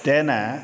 तेन